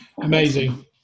Amazing